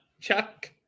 Chuck